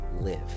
live